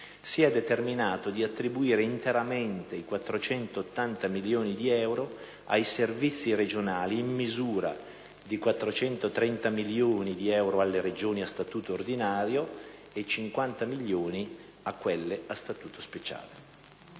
si è determinato di attribuire interamente i 480 milioni di euro ai servizi regionali, in misura di 430 milioni alle Regioni a Statuto ordinario e 50 milioni a quelle a Statuto speciale.